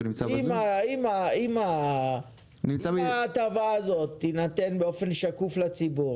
אם ההטבה הזו תינתן באופן שקוף לציבור